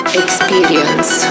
experience